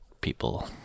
people